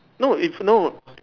no it's no